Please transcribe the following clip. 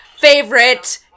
Favorite